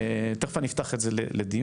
תכף אני אפתח את זה לדיון.